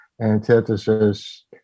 antithesis